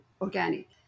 organic